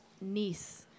niece